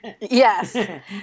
Yes